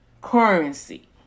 Currency